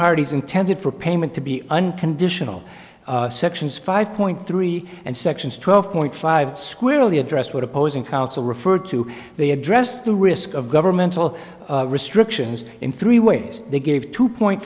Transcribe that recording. parties intended for payment to be unconditional sections five point three and sections twelve point five squarely address what opposing counsel referred to they address the risk of governmental restrictions in three ways they gave two point